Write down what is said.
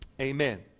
Amen